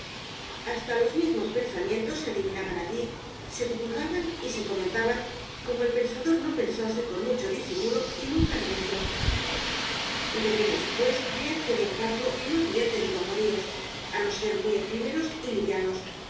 hasta los mismos pensamientos se adivinaban allí se divulgaban y se comentaban como el pensador no pensase con mucho disimulo y muy para den tro debemos pues creer que don paco no había tenido amoríos á no ser muy efímeros y livianos